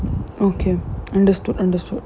okay understood understood